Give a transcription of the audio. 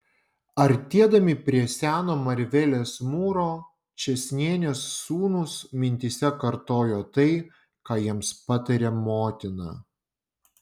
artėdami prie seno marvelės mūro čėsnienės sūnūs mintyse kartojo tai ką jiems patarė motina